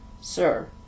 Sir